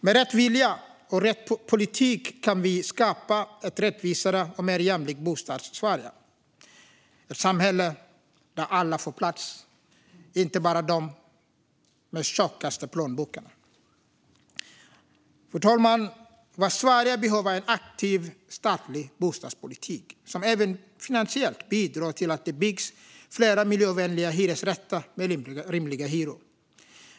Med rätt vilja och rätt politik kan vi skapa ett rättvisare och mer jämlikt Bostadssverige - ett samhälle där alla får plats, inte bara de med tjockast plånbok. Fru talman! Vad Sverige behöver är en aktiv statlig bostadspolitik som även finansiellt bidrar till att det byggs fler miljövänliga hyresrätter med rimliga hyror.